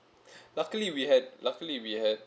luckily we had luckily we had